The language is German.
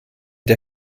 der